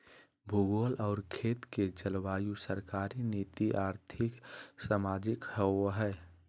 भूगोल और खेत के जलवायु सरकारी नीति और्थिक, सामाजिक होबैय हइ